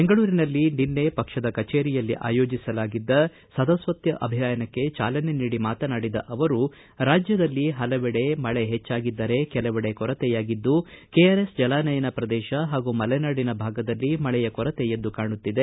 ಬೆಂಗಳೂರಿನಲ್ಲಿ ನಿನ್ನೆ ಪಕ್ಷದ ಕಚೇರಿಯಲ್ಲಿ ಆಯೋಜಿಸಲಾಗಿದ್ದ ಸದಸ್ವತ್ವ ಅಭಿಯಾನಕ್ಕೆ ಚಾಲನೆ ನೀಡಿ ಮಾತನಾಡಿದ ಅವರು ರಾಜ್ಯದಲ್ಲಿ ಹಲವೆಡೆ ಮಳೆ ಹೆಚ್ಚಾಗಿದ್ದರೆ ಕೆಲವೆಡೆ ಕೊರತೆಯಾಗಿದ್ದು ಕೆಆರ್ಎಸ್ ಜಲಾನಯನ ಪ್ರದೇಶ ಹಾಗೂ ಮಲೆನಾಡಿನ ಭಾಗದಲ್ಲಿ ಮಳೆಯ ಕೊರತೆ ಎದ್ದು ಕಾಣುತ್ತಿದೆ